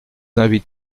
invite